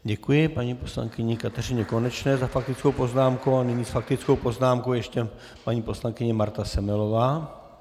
Děkuji paní poslankyni Kateřině Konečné za faktickou poznámku a nyní s faktickou poznámkou ještě paní poslankyně Marta Semelová.